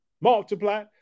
Multiply